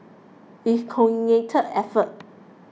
it's a coordinated effort